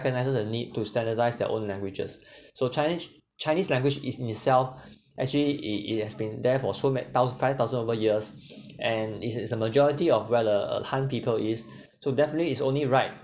recognises the need to standardise their own languages so chinese chinese language is in itself actually it it it has been there for so ma~ thou~ five thousand over years and it's it's a majority of well uh uh han people is so definitely it's only right